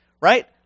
Right